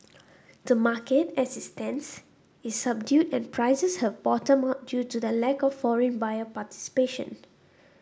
the market as it stands is subdued and prices have bottomed out due to the lack of foreign buyer participation